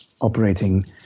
operating